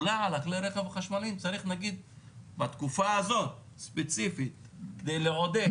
אולי על כל הרכב החשמליים צריך להגיד בתקופה הזאת ספציפית כדי לעודד,